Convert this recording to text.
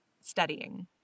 studying